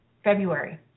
February